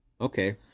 okay